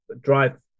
drive